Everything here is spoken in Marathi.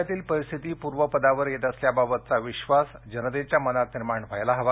राज्यातील परिस्थिती पूर्वपदावर येत असल्याबाबतचा विश्वास जनतेच्या मनात निर्माण व्हायला हवा